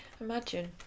imagine